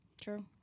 True